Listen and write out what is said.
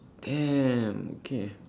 damn okay